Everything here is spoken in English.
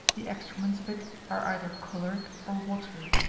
the excrements of it are either choleric or watery,